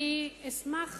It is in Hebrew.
חברי חברי הכנסת, אני אשמח